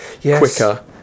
quicker